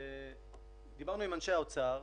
דיברנו עם אנשי האוצר,